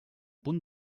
punt